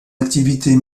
activités